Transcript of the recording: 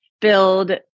build